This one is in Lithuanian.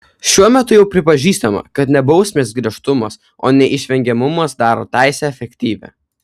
šiuo metu jau pripažįstama kad ne bausmės griežtumas o neišvengiamumas daro teisę efektyvią